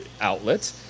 outlet